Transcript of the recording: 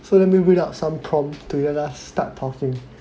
so let me read up some prompt to let us start talking